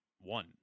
one